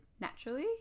naturally